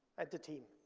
and the team.